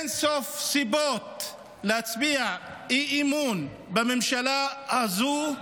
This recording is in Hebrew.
אין-סוף סיבות להצביע אי-אמון בממשלה הזאת.